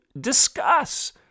discuss